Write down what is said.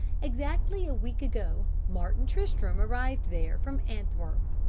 exactly a week ago martin tristram arrived there from antwerp.